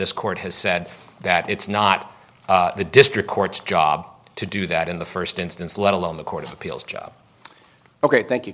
this court has said that it's not the district court's job to do that in the first instance let alone the court of appeals job ok thank you